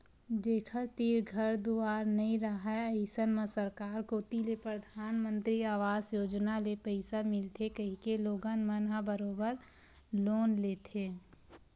जेखर तीर घर दुवार नइ राहय अइसन म सरकार कोती ले परधानमंतरी अवास योजना ले पइसा मिलथे कहिके लोगन मन ह बरोबर लोन लेथे